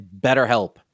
BetterHelp